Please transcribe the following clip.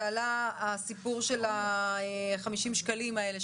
ועלה הסיפור של ה-50 שקלים האלה,